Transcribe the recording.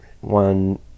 one